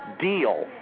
deal